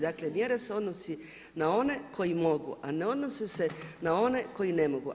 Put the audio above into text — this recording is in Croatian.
Dakle mjera se odnosi na one koji mogu a ne odnosi se na one koji ne mogu.